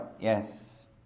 Yes